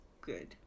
good